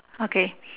okay